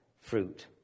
fruit